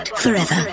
forever